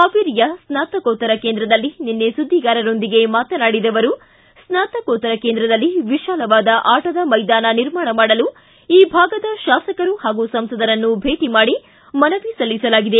ಹಾವೇರಿಯ ಸ್ನಾತಕೋತ್ತರ ಕೇಂದ್ರದಲ್ಲಿ ನಿನ್ನೆ ಸುದ್ದಿಗಾರರೊಂದಿಗೆ ಮಾತನಾಡಿದ ಅವರು ಸ್ನಾತಕೋತ್ತರ ಕೇಂದ್ರದಲ್ಲಿ ವಿಶಾಲವಾದ ಆಟದ ಮೈದಾನ ನಿರ್ಮಾಣ ಮಾಡಲು ಈ ಭಾಗದ ಶಾಸಕರು ಹಾಗೂ ಸಂಸದರನ್ನು ಭೇಟಿ ಮಾಡಿ ಮನವಿ ಸಲ್ಲಿಸಲಾಗಿದೆ